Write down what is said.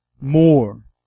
more